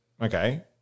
okay